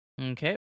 Okay